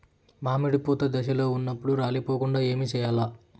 మామిడి పూత దశలో ఉన్నప్పుడు రాలిపోకుండ ఏమిచేయాల్ల?